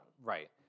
Right